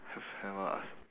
have have a us~